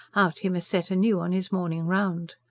out he must set anew on his morning round.